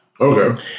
Okay